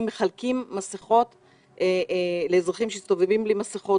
מחלקים מסכות לאזרחים שמסתובבים בלי מסכות,